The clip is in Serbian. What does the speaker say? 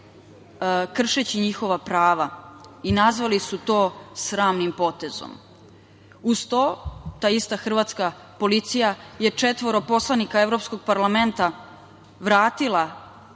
kršeći njihova prava i nazvali su to sramnim potezom. Uz to, ta ista hrvatska policija je četvoro poslanika Evropskog parlamenta vratila